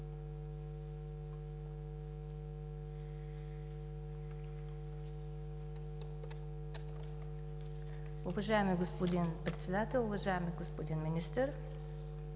Уважаеми господин Председател, уважаеми господин Министър!